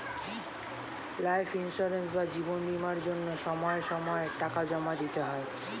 life insurance বা জীবন বীমার জন্য সময় সময়ে টাকা জমা দিতে হয়